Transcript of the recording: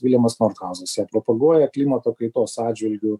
viljamas morthauzas ją propaguoja klimato kaitos atžvilgiu